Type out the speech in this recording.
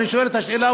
אני שואל את השאלה,